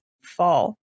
fall